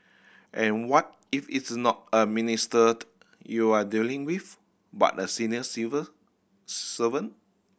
and what if it's not a minister you're dealing with but a senior civil servant